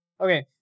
Okay